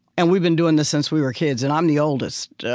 and we've been doing this since we were kids, and i'm the oldest.